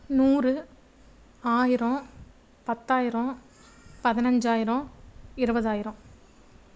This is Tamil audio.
நூறு ஆயிரம் பத்தாயிரம் பதினஞ்சாயிரம் இருவதாயிரம்